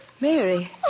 Mary